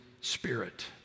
Spirit